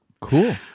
Cool